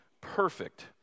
perfect